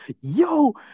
Yo